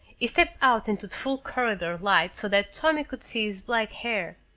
he stepped out into the full corridor light so that tommy could see his black hair.